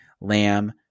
Lamb